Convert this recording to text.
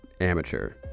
Amateur